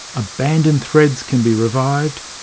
abandoned threads can be revived,